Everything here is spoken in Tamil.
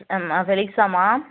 ஆ மா